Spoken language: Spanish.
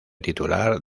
titular